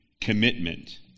commitment